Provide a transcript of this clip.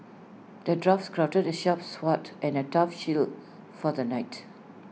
the dwarf crafted the sharp sword and A tough shield for the knight